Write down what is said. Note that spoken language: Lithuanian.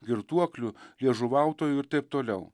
girtuoklių liežuvautojų ir taip toliau